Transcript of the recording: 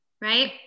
right